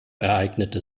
ereignete